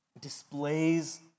displays